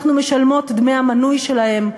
אנחנו משלמות דמי המנוי שלהן,